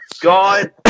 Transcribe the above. god